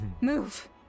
move